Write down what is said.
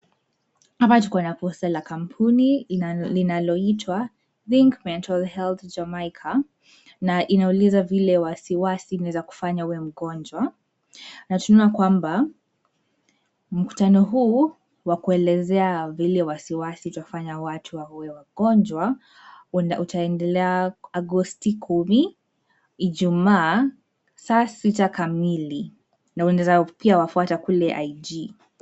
Hapa tuko na posta la kampuni linaloitwa think mental health Jamaica na inauliza vile wasiwasi imeweza kufanya uwe mgonjwa. Tunaona kwamba mkutano huu wa kuelezea vile wasiwasi utafanya watu wawe wagonjwa itaendelea Agosti kumi, Ijumaa saa sita kamili na unaweza pia kuwafuata kule IG.